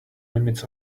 limits